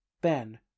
Ben